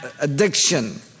addiction